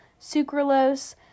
sucralose